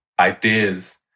ideas